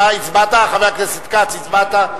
חבר הכנסת כץ, אתה הצבעת?